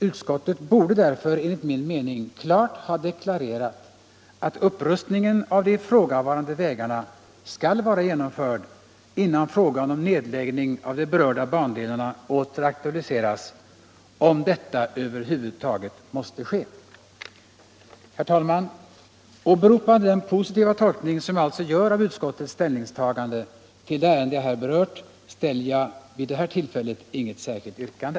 Utskottet borde därför enligt min mening klart ha deklarerat att upprustningen av de ifrågavarande vägarna skall vara genomförd innan frågan om nedläggning av de berörda bandelarna åter aktualiseras, om nu detta över huvud taget måste ske. Herr talman! Åberopande den positiva tolkning som jag alltså gör av utskottets ställningstagande till det ärende jag berört ställer jag vid det här tillfället inget särskilt yrkande.